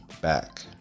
back